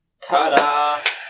Ta-da